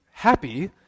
happy